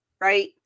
right